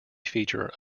feature